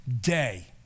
day